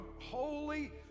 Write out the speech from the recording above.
holy